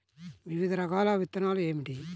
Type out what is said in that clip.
వివిధ రకాల విత్తనాలు ఏమిటి?